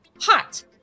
hot